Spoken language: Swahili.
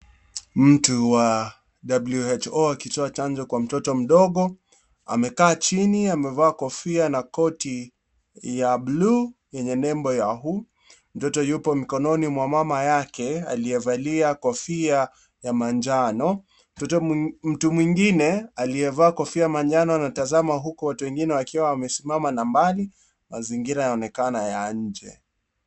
Mtu wa WHO akitoa chanjo kwa mtoto mdogo, amekaa chini amevaa kofia na koti ya bluu yenye nembo Yahoo. Mtoto yupo mikononi mwa mama yake aliyevalia kofia ya manjano. Mtu mwingine aliyevaa kofia ya manjano anatazama huku wengine wakiwa wamesimama na mbali, mazingira yaonekana ya nje.